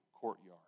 courtyard